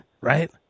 right